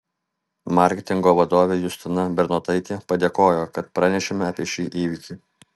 marketingo vadovė justina bernotaitė padėkojo kad pranešėme apie šį įvykį